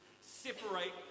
separate